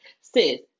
Sis